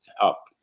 up